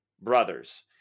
brothers